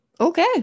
Okay